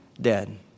dead